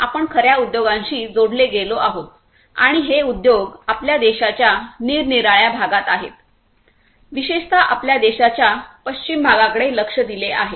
आपण खऱ्या उद्योगांशी जोडले गेलो आहोत आणि हे उद्योग आपल्या देशाच्या निरनिराळ्या भागांत आहेत विशेषत आपल्या देशाच्या पश्चिम भागाकडे लक्ष दिले आहे